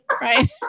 Right